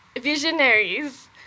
visionaries